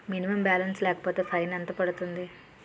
Minimum balance లేకపోతే fine ఎంత పడుతుంది?